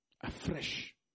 afresh